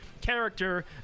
character